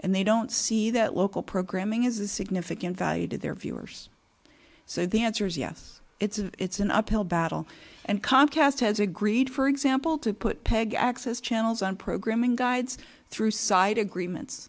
and they don't see that local programming is a significant value to their viewers so the answer is yes it's an uphill battle and comcast has agreed for example to put peg access channels on programming guides through side agreements